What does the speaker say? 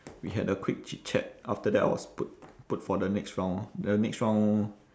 we had a quick chit chat after that I was put put for the next round the next round